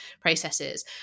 processes